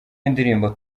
y’indirimbo